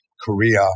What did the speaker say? Korea